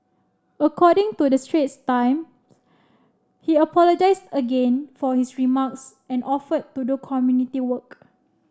according to the Straits Time he apologised again for his remarks and offered to do community work